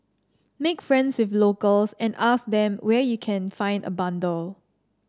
make friends with locals and ask them where you can find a bundle